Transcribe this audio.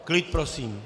Klid, prosím!